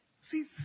See